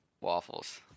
waffles